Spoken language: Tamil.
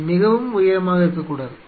அது மிகவும் உயரமாக இருக்கக்கூடாது